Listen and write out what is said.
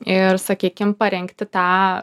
ir sakykim parengti tą